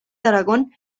aragón